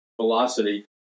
velocity